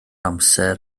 amser